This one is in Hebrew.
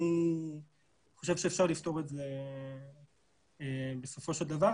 אני חושב שאפשר לפתור את זה בסופו של דבר,